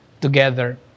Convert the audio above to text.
together